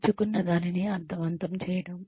నేర్చుకున్న దానిని అర్ధవంతం చేయటం